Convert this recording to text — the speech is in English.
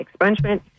expungement